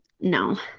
no